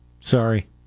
Sorry